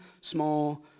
small